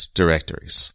directories